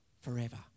forever